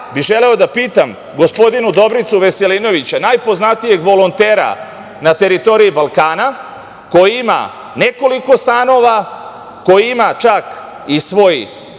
bih želeo da pitam gospodina Dobricu Veselinovića, najpoznatijeg volontera na teritoriji Balkana, koji ima nekoliko stanova, koji ima čak i svoj